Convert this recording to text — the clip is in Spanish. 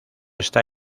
está